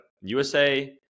usa